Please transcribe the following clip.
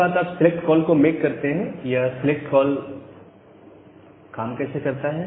के बाद आप सिलेक्ट कॉल को मेक करते हैं यह सेलेक्ट काम कैसे करता है